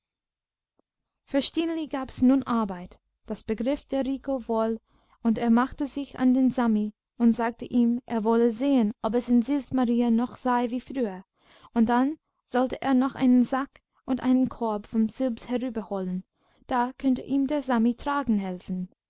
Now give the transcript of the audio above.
es nun arbeit das begriff der rico wohl und er machte sich an den sami und sagte ihm er wolle sehen ob es in sils maria noch sei wie früher und dann sollte er noch einen sack und einen korb von sils herüberholen da könnte ihm der sami tragen helfen